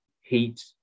heat